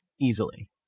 easily